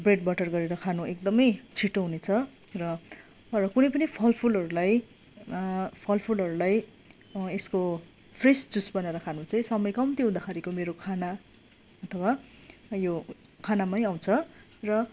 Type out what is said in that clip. bread butter गरेर खानु एकदमै छिटो हुनेछ र कुनै पनि फलफुलहरूलाई फलफुलहरूलाई यसको फ्रेस जुस बनाएर खानु चाहिँ समय कम्ती हुँदाखेरिको मेरो खाना अथवा यो खानामै आउँछ र